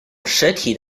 实体